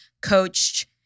coached